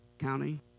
County